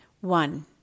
One